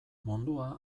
mundua